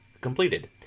completed